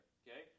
okay